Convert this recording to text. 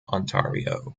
ontario